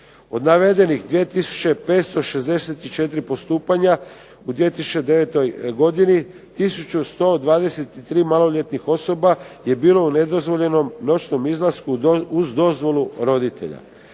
Od navedenih 2 tisuće 564 postupanja u 2009. godini tisuću 123 maloljetnih osoba je bilo u nedozvoljenom noćnom izlasku uz dozvolu roditelja.